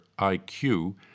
IQ